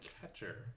catcher